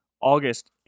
August